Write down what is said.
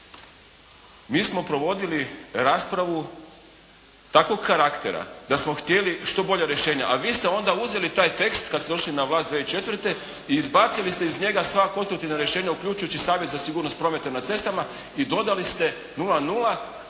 Mi smo provodili raspravu takvog karaktera da smo htjeli što bolja rješenja, ali vi ste onda uzeli taj tekst kada ste došli na vlast 2004. i izbacili ste iz njega sva konstruktivna rješenja uključujući savez za sigurnost prometa na cestama i dodali ste 0,0